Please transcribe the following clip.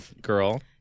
girl